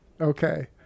Okay